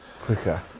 Clicker